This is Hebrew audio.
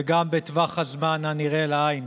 וגם בטווח הזמן הנראה לעין,